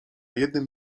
jednym